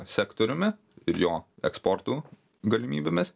sektoriumi ir jo eksportu galimybėmis